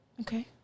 okay